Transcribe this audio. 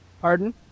Pardon